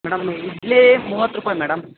madam idli ಮೂವತ್ತು ರೂಪಾಯಿ madam